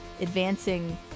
advancing